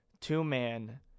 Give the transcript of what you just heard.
two-man